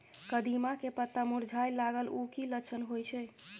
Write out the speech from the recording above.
कदिम्मा के पत्ता मुरझाय लागल उ कि लक्षण होय छै?